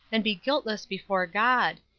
and be guiltless before god.